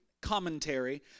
commentary